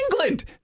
England